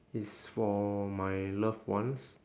it's for my loved ones